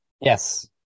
Yes